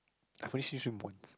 I've only seen you swim once